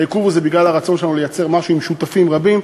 העיכוב הוא בגלל הרצון שלנו לייצר משהו עם שותפים רבים.